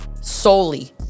Solely